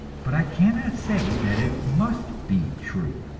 but i cannot say that it must be true,